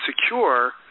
secure